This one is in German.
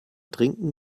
trinken